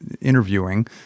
interviewing